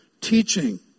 teaching